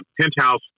penthouse